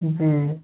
जी